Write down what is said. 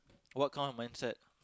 what kind of mindset